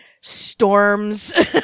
storms